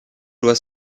doit